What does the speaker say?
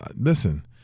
Listen